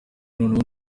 noneho